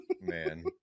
Man